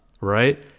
right